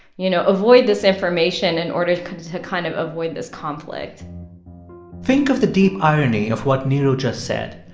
you know avoid this information in order to kind of to kind of avoid this conflict think of the deep irony of what neeru just said.